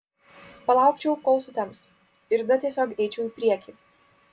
palaukčiau kol sutems ir tada tiesiog eičiau į priekį